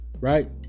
right